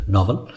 Novel